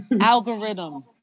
algorithm